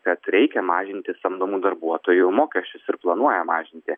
kad reikia mažinti samdomų darbuotojų mokesčius ir planuoja mažinti